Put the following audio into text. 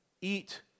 eat